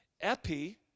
epi